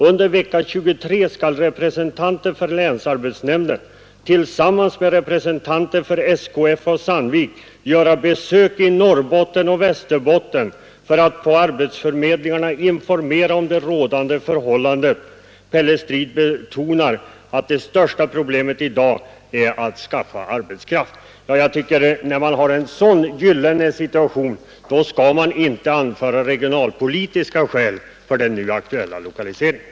Under vecka 23 skall representanter för länsarbetsnämnden tillsammans med representanter för SKF och Sandvik göra besök i Norrbotten och Västerbotten för att på arbetsförmedlingarna informera om det rådande förhållandet. Pelle Strid betonade att det största problemet i dag är att rörligheten hos arbetskraften är mycket liten.” När man har en sådan gyllene situation skall man inte anföra lokaliseringspolitiska skäl för den aktuella lokaliseringen.